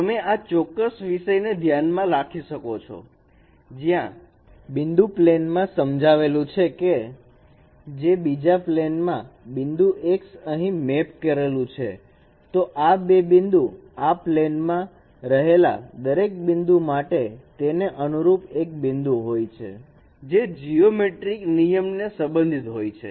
તમે આ ચોક્કસ વિષય ને ધ્યાન માં રાખી શકો છો જ્યાં બિંદુ પ્લેન માં સમજાવેલું છે કે જે બીજા પ્લેન માં બિંદુ x અહીં મેપ કરેલું છે તો આ બે બિંદુ આ પ્લેન માં રહેલા દરેક બિંદુ માટે તેને અનુરૂપ એક બિંદુ હોય છે તે જીયોમેટ્રિક નિયમને સંબંધિત હોય છે